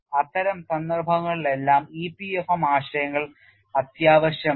അത്തരം സന്ദർഭങ്ങളിലെല്ലാം EPFM ആശയങ്ങൾ അത്യാവശ്യമാണ്